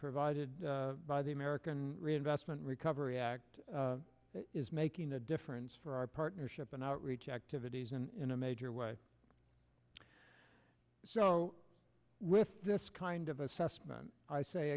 provided by the american reinvestment recovery act is making a difference for our partnership in outreach activities and in a major way so with this kind of assessment i say